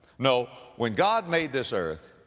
no, when god made this earth,